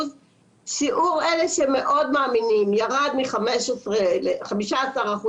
שיעור אלה שמאוד מאמינים ירד מ-15% ל-12%.